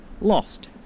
lost